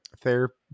therapy